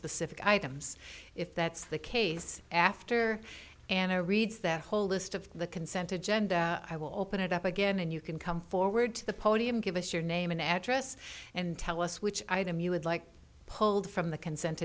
specific items if that's the case after anna reads that whole list of the consented gender i will open it up again and you can come forward to the podium give us your name and address and tell us which item you would like pulled from the consent